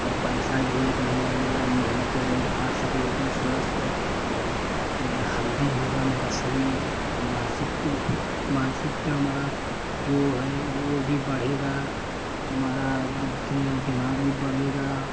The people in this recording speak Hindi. और पैसा भी एक नहीं लगेगा मेहनत करेंगे हमारा शरीर एकदम स्वस्थ और मेरा हल्दी होगा मेरा शरीर और मानसिक मानसिक तो हमारा जो है वो भी बढ़ेगा हमारा बुद्धि और दिमाग भी बढ़ेगा